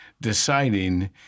deciding